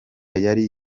yari